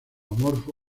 amorfo